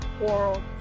World